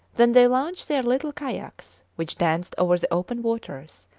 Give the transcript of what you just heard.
then they launched their little kayaks, which danced over the open waters,